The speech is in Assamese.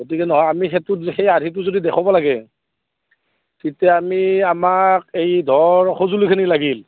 গতিকে নহয় আমি সেইটো সেই আৰ্হিটো যদি দেখুৱাব লাগে তেতিয়া আমি আমাক এই ধৰ সঁজুলিখিনি লাগিল